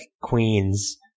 queens